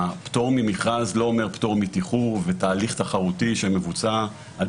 שהפטור ממכרז לא אומר פטור מתיחור ומתהליך תחרותי שמבצוע על